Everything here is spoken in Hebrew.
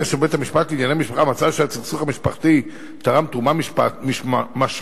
כאשר בית-המשפט לענייני משפחה מצא שהסכסוך המשפחתי תרם תרומה משמעותית